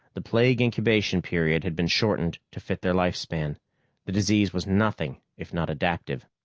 the plague incubation period had been shortened to fit their life span the disease was nothing if not adaptive.